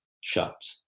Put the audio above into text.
shut